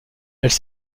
elles